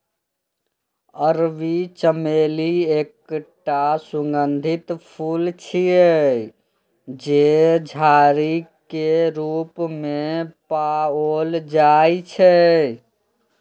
अरबी चमेली एकटा सुगंधित फूल छियै, जे झाड़ी के रूप मे पाओल जाइ छै